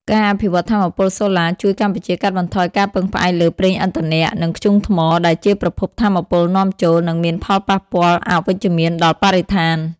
ការអភិវឌ្ឍថាមពលសូឡាជួយកម្ពុជាកាត់បន្ថយការពឹងផ្អែកលើ ប្រេងឥន្ធនៈ និងធ្យូងថ្ម ដែលជាប្រភពថាមពលនាំចូល និងមានផលប៉ះពាល់អវិជ្ជមានដល់បរិស្ថាន។